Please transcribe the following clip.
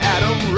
Adam